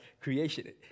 creation